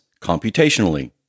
computationally